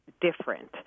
different